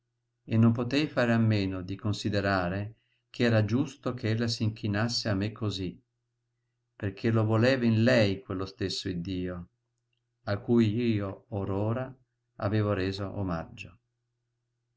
e non potei fare a meno di considerare che era giusto che ella s'inchinasse a me cosí perché lo voleva in lei quello stesso iddio a cui io or ora avevo reso omaggio